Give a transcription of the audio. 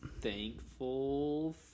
thankful